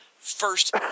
First